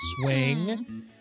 swing